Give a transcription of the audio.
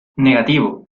negativo